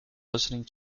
listening